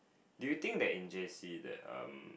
do you think that in J_C that um